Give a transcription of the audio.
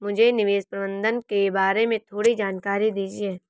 मुझे निवेश प्रबंधन के बारे में थोड़ी जानकारी दीजिए